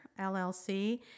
LLC